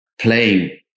playing